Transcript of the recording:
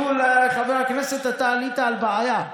חבר הכנסת אבוטבול, אתה עלית על בעיה.